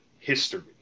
History